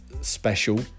special